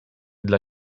dla